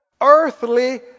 earthly